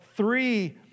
three